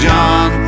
John